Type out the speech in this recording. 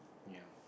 ya